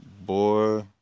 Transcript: boy